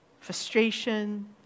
frustration